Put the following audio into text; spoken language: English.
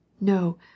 No